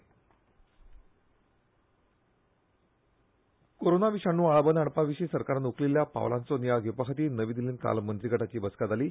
GoM corona virus corona विशाणू आळाबंद हाडपा विशी सरकारान उखलिल्ल्या पावलांचो नियाळ घेवपा खातीर नवी दिछ्ठींत काल मंत्रीगटाची बसका जाली